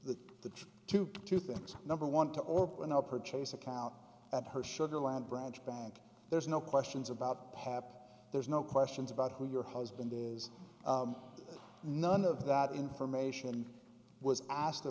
the the two two things number one to open up her chase account at her sugar land branch bank there's no questions about pap there's no questions about who your husband is none of that information was asked